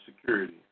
security